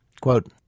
Quote